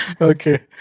Okay